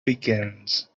begins